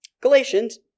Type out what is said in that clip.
Galatians